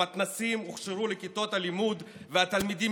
המתנ"סים הוכשרו לכיתות לימוד והתלמידים